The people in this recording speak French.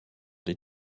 des